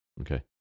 Okay